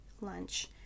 lunch